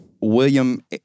William